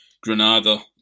Granada